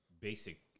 basic